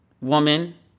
woman